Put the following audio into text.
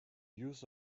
use